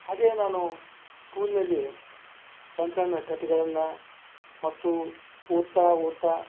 ಹಾಗೆ ನಾನು ಸ್ಕೂಲಿನಲ್ಲಿ ಸಣ್ಣ ಸಣ್ಣ ಕತೆಗಳನ್ನ ಮತ್ತು ಓದ್ತಾ ಓದ್ತಾ